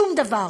שום דבר.